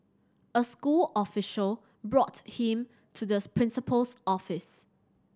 a school official brought him to this principal's office